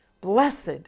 Blessed